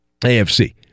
AFC